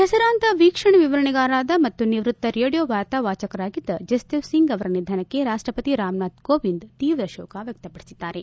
ಹೆಸರಾಂತ ವೀಕ್ಷಕವಿವರಣೆಗಾರ ಮತ್ತು ನಿವೃತ್ತ ರೇಡಿಯೋ ವಾರ್ತಾವಾಚಕರಾಗಿದ್ದ ಜಸ್ದೇವ್ಸಿಂಗ್ ಅವರ ನಿಧನಕ್ಕೆ ರಾಪ್ಟಸತಿ ರಾಮನಾಥ್ ಕೋವಿಂದ್ ತೀವ್ರ ಶೋಕ ವ್ಯಕ್ಷಪಡಿಸಿದ್ದಾರೆ